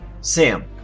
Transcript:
sam